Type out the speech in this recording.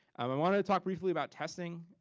i wanna talk briefly about testing.